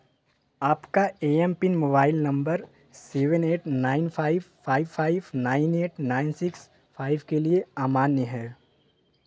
आपका A M pin mobile number seven eight nine five five five nine eight nine six five के लिए अमान्य है